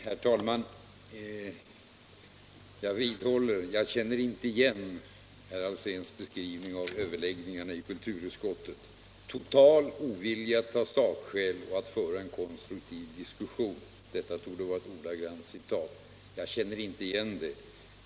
Herr talman! Jag vidhåller vad jag sade. Jag känner inte igen herr Alséns beskrivning av överläggningarna i kulturutskottet. ”Total ovilja att ta sakskäl och att föra en konstruktiv diskussion” — detta torde vara ett ordagrant citat. Jag känner alltså inte igen det.